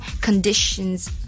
conditions